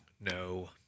No